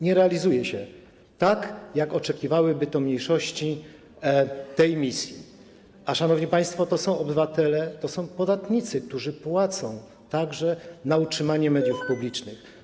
Nie realizuje się tej misji, tak jak oczekiwałyby tego mniejszości, a szanowni państwo, to są obywatele, to są podatnicy, którzy płacą także na utrzymanie mediów publicznych.